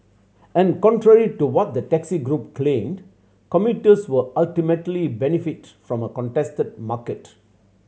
and contrary to what the taxi group claimed commuters would ultimately benefit from a contested market